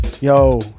yo